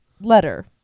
letter